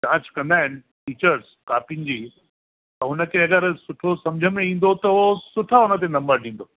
जांच कंदा आहिनि टीचर्स कॉपीनि जी त हुनखे अगरि सुठो सम्झि में ईंदो त उहो सुठा हुनते नंबर ॾींदो